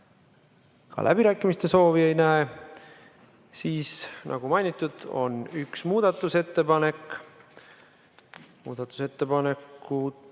Ka läbirääkimiste soovi ei näe. Siis, nagu mainitud, on üks muudatusettepanek. Muudatusettepaneku